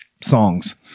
songs